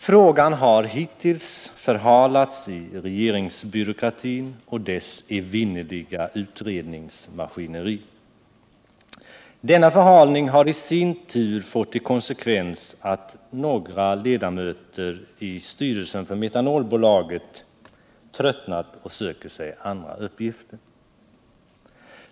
Frågan har hittills förhalats i regeringsbyråkratin och dess evinnerliga utredningsmaskineri. Denna förhalning har i sin tur fått till konsekvens att några ledamöter i styrelsen för Metanolbolaget tröttnat och söker sig andra uppgifter.